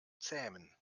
zähmen